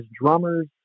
drummers